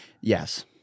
Yes